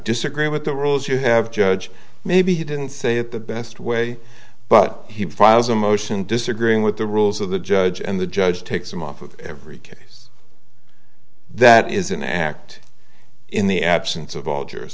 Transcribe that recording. disagree with the rules you have judge maybe he didn't say it the best way but he files a motion disagreeing with the rules of the judge and the judge takes them off of every case that is an act in the absence of al